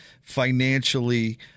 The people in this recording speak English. Financially